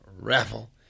Raffle